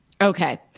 Okay